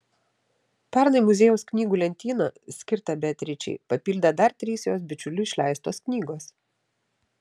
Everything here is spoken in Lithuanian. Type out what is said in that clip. pernai muziejaus knygų lentyną skirtą beatričei papildė dar trys jos bičiulių išleistos knygos